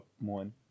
one